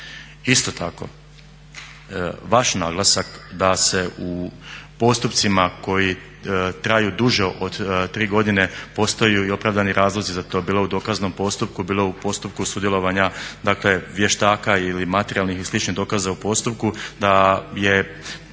Isto tako vaš naglasak da se u postupcima koji traju duže od 3 godine postoje i opravdani razlozi za to, bilo u dokaznom postupku, bilo u postupku sudjelovanja dakle vještaka ili materijalnih i sličnih dokaza u postupku, da je